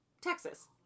Texas